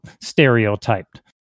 stereotyped